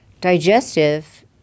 digestive